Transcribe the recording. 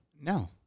No